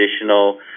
additional